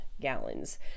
gallons